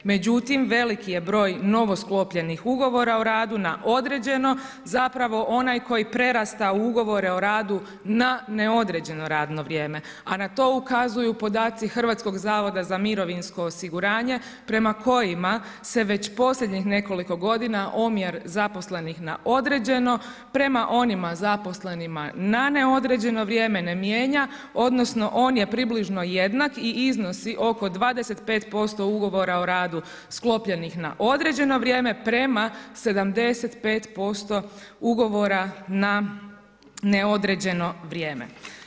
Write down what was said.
Međutim, veliki je broj novosklopljenih ugovora o radu na određeno zapravo onaj koji prerasta u ugovore o radu na neodređeno radno vrijeme, a na to ukazuju podaci Hrvatskog zavoda za mirovinsko osiguranje prema kojima se već posljednjih nekoliko godina omjer zaposlenih na određeno prema onima zaposlenima na neodređeno vrijeme ne mijenja, odnosno on je približno jednak i iznosi oko 25% ugovora o radu sklopljenih na određeno vrijeme, prema 75% ugovora na neodređeno vrijeme.